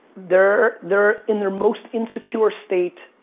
they're they're in their most insecure state,